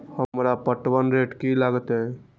हमरा पटवन रेट की लागते?